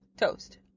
toast